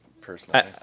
personally